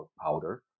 powder